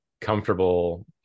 comfortable